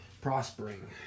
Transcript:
prospering